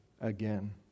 again